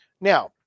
Now